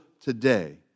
today